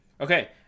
Okay